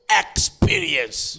experience